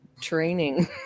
training